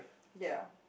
ya